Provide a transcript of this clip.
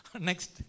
Next